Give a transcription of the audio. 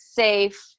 safe